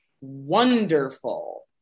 wonderful